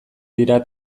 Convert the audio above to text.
dira